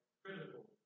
critical